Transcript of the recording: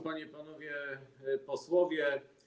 Panie i Panowie Posłowie!